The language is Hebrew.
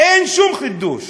אין שום חידוש.